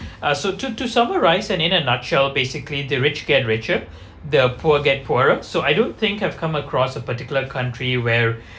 uh so to to summarize and in a nutshell basically the rich get richer the poor get poorer so I don't think I've come across a particular country where